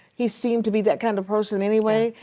he seemed to be that kind of person anyway.